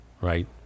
right